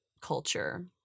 culture